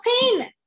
pain